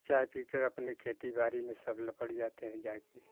चाय पीकर अपने खेती बाड़ी में सब लपट जाते है जाएके